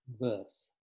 verse